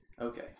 Okay